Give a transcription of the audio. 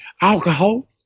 alcohol